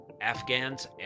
Afghans